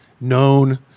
known